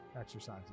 exercises